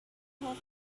have